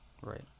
right